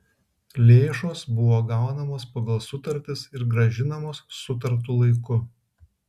lėšos buvo gaunamos pagal sutartis ir grąžinamos sutartu laiku